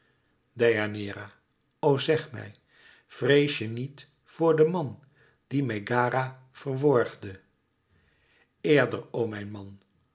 deianeira o zeg mij vrées je niet voor den man die megara verworgde eerder o mijn man